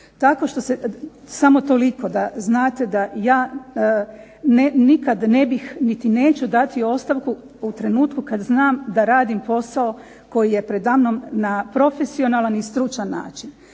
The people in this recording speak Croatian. Tako što se, samo toliko da znate da ja nikad ne bih niti neću dati ostavku u trenutku kad znam da radim posao koji je preda mnom na profesionalan i stručan način.